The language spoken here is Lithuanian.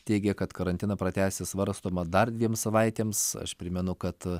teigė kad karantiną pratęsti svarstoma dar dviem savaitėms aš primenu kad